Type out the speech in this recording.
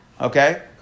Okay